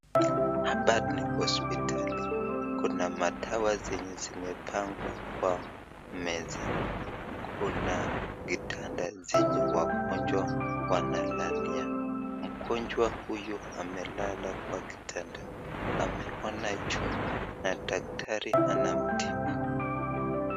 Hapa ni hosiptali, kuna madawa zenye zimepangwa kwa meza, kuna kitanda zenye wagonjwa wanalalia. Mgonjwa huyu amelala kwa kitanda, ameona juu na daktari anamtibu.